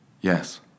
Yes